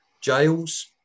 Jails